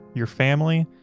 your family,